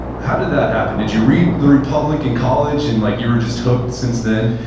how did that happen? did you read the republic in college, and like you were just hooked since then?